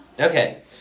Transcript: Okay